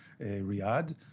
Riyadh